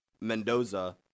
Mendoza